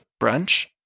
brunch